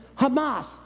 Hamas